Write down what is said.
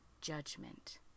judgment